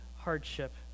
hardship